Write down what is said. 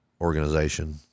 organization